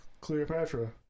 Cleopatra